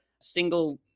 single